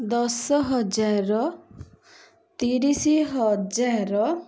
ଦଶ ହଜାର ତିରିଶି ହଜାର